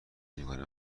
میکنیم